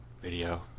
video